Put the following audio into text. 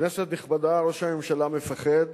כנסת נכבדה, ראש הממשלה מפחד,